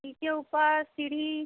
नीचे ऊपर सीढ़ी